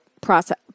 process